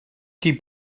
qui